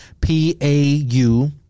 P-A-U